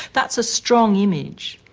that's a strong image.